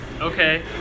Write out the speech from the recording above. okay